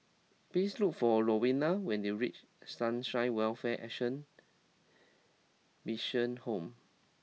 please look for Rowena when you reach Sunshine Welfare Action Mission Home